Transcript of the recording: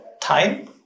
time